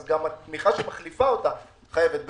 אז גם התמיכה שמחליפה אותה חייבת המס.